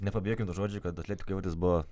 nepabėkit nuo žodžių kad atletico buvo